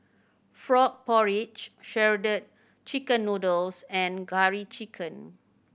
frog porridge Shredded Chicken Noodles and Curry Chicken